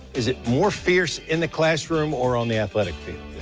is it more fierce in the classroom or on the athletic field.